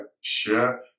share